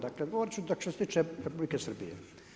Dakle govoriti ću što se tiče Republike Srbije.